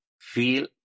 feel